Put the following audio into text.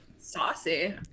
Saucy